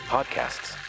Podcasts